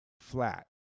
flat